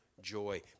joy